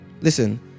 Listen